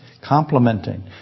complementing